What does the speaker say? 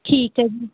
ਠੀਕ ਹੈ ਜੀ